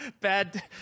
Bad